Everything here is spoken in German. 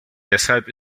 deshalb